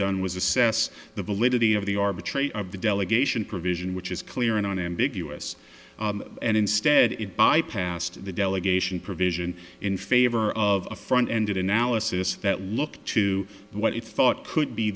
done was assess the validity of the arbitrate of the delegation provision which is clear and unambiguous and instead it bypassed the delegation provision in favor of a front end analysis that looked to what it thought could be